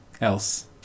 else